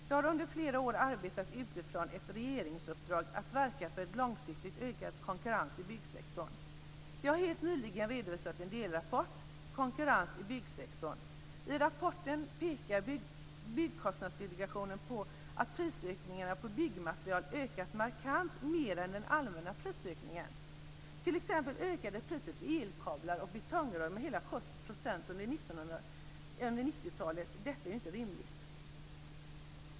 Den har under flera år arbetat utifrån ett regeringsuppdrag att verka för en långsiktigt ökad konkurrens i byggsektorn. Den har helt nyligen redovisat en delrapport, Konkurrensen i byggsektorn. I rapporten pekar Byggkostnadsdelegationen på att prisökningarna på byggmaterial ökat markant mer än den allmänna prisökningen, t.ex. ökade priset på elkablar och betongrör med hela 70% under 90-talet. Detta är inte rimligt.